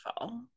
fall